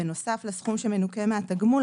בנוסף לסכום שמנוכה מהתגמול,